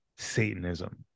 satanism